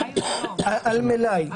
זה על מלאי.